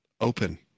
open